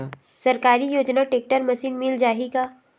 सरकारी योजना tractor machine मिल जाही का?